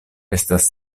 estas